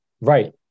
right